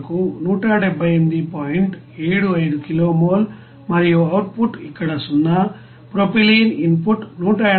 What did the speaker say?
75 kilo mole మరియు output ఇక్కడ 0 propylene input 186